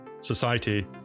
society